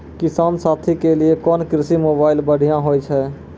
किसान साथी के लिए कोन कृषि मोबाइल बढ़िया होय छै?